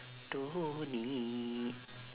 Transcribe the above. don't need